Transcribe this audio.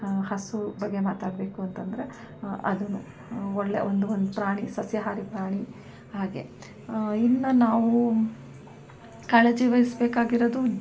ಹಸು ಬಗ್ಗೆ ಮಾತಾಡಬೇಕು ಅಂತಂದರೆ ಅದು ಒಳ್ಳೆಯ ಒಂದು ಒಂದು ಪ್ರಾಣಿ ಸಸ್ಯಹಾರಿ ಪ್ರಾಣಿ ಹಾಗೆ ಇನ್ನು ನಾವು ಕಾಳಜಿ ವಹಿಸಬೇಕಾಗಿರೋದು